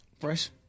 Fresh